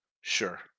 Sure